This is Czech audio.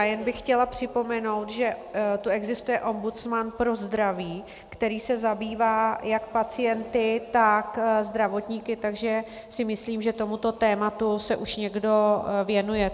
Jen bych chtěla připomenout, že tu existuje ombudsman pro zdraví, který se zabývá jak pacienty, tak zdravotníky, takže si myslím, že tomuto tématu se už někdo věnuje.